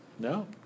No